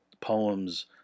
poems